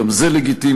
גם זה לגיטימי.